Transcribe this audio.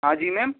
ہاں جی میم